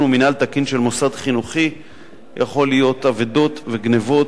ומינהל תקין של מוסד חינוכי יכול להיות אבדות וגנבות